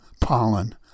pollen